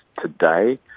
today